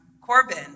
Corbin